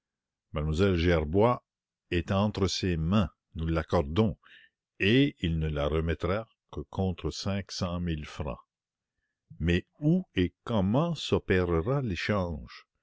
m lle gerbois est entre ses mains nous l'accordons et il ne la remettra que contre cinq cent mille francs mais où et comment s'opérera l'échange